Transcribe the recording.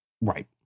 Right